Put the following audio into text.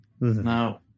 No